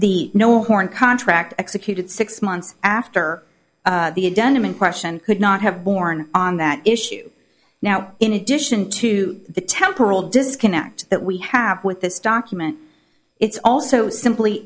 the no horn contract executed six months after the a done in question could not have borne on that issue now in addition to the temporal disconnect that we have with this document it's also simply